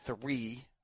three